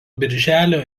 birželio